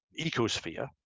ecosphere